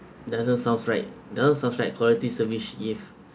doesn't sound right doesn't sound right quality service if